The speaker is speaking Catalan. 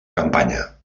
campanya